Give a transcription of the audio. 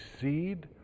seed